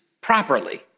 properly